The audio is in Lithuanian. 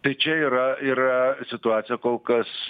tai čia yra yra situacija kol kas